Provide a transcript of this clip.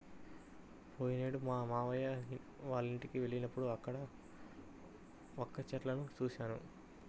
పోయినేడు మా మావయ్య వాళ్ళింటికి వెళ్ళినప్పుడు అక్కడ వక్క చెట్లను చూశాను